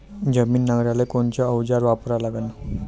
जमीन नांगराले कोनचं अवजार वापरा लागन?